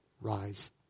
rise